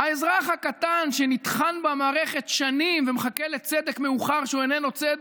האזרח הקטן נטחן במערכת שנים ומחכה לצדק מאוחר שהוא איננו צדק.